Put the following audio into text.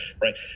right